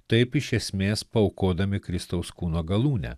taip iš esmės paaukodami kristaus kūno galūnę